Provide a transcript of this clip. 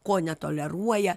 ko netoleruoja